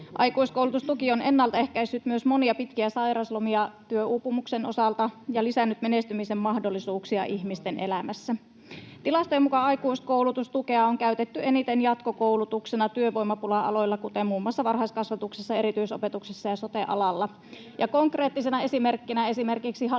Aikuiskoulutustuki on ennaltaehkäissyt myös monia pitkiä sairauslomia työuupumuksen osalta ja lisännyt menestymisen mahdollisuuksia ihmisten elämässä. [Perussuomalaisten ryhmästä: Sanotaan missä?] Tilastojen mukaan aikuiskoulutustukea on käytetty eniten jatkokoulutuksena työvoimapula-aloilla, kuten muun muassa varhaiskasvatuksessa, erityisopetuksessa ja sote-alalla — konkreettisena esimerkkinä esimerkiksi hallitusohjelman